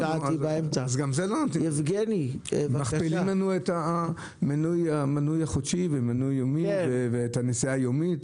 בסדר --- מכפילים לנו את המנוי החודשי ומנוי יומי ואת הנסיעה היומית.